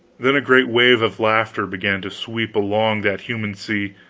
then a great wave of laughter began to sweep along that human sea,